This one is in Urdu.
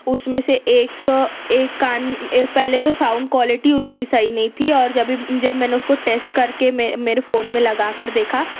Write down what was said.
اس میں سے ایک ایک کان پہلے تو ساؤند کوالٹی اس کی صحیح نہیں تھی اور جبھی جب میں نے اس کو ٹیسٹ کر کے میرے فون میں لگا کر دیکھا